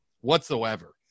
whatsoever